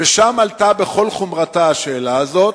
שם עלתה בכל חומרתה השאלה הזאת.